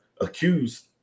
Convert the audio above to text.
accused